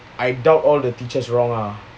I doubt all the teachers wrong ah